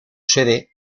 sede